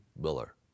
Miller